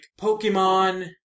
Pokemon